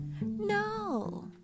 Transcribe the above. No